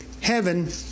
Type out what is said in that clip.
Heaven